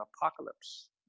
apocalypse